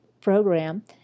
program